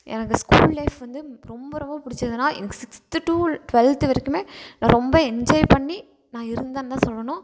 எனக்கு school life வந்து ரொம்ப ரொம்ப பிடிச்சதுன்னா எனக்கு சிக்ஸ்த்து டூ டுவெல்த்து வரைக்குமே நான் ரொம்ப என்ஜாய் பண்ணி நான் இருந்தேன் தான் சொல்லணும்